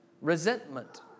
resentment